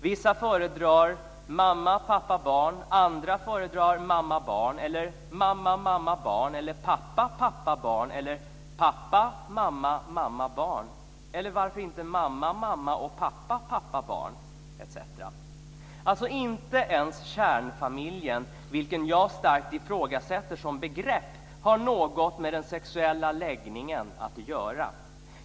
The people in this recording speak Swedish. Vissa föredrar mamma, pappa och barn, andra föredrar mamma och barn, eller mamma, mamma och barn, eller pappa, pappa och barn, eller pappa, mamma, mamma och barn eller varför inte mamma, mamma, pappa, pappa och barn, etc. Inte ens kärnfamiljen, vilken jag starkt ifrågasätter som begrepp, har något med den sexuella läggningen att göra.